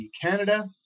Canada